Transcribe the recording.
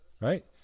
right